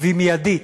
והיא מיידית.